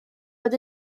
fod